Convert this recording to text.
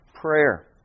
prayer